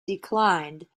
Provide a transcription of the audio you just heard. declined